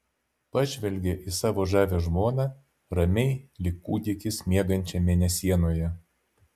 pažvelgė į savo žavią žmoną ramiai lyg kūdikis miegančią mėnesienoje